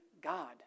God